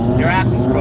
your axle's